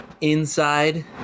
inside